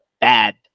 bad